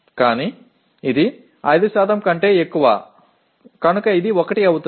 కానీ ఇది 5 కంటే ఎక్కువ కనుక ఇది 1 అవుతుంది